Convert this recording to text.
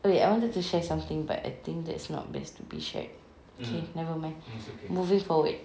wait I wanted to share something but I think that's not best to be shared okay nevermind moving forward